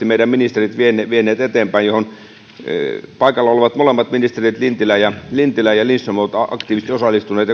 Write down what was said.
meidän ministerit vieneet eteenpäin euroopan unionissa kiitettävästi paikalla olevat molemmat ministerit lintilä ja lindström ja koko hallitus ovat aktiivisesti osallistuneet